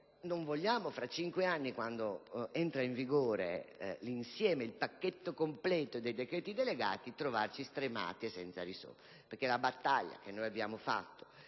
non vogliamo, tra cinque anni, quando entrerà in vigore il pacchetto completo dei decreti delegati, trovarci stremati e senza risorse. La battaglia che abbiamo fatto